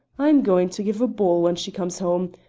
i am going to give a ball when she comes home.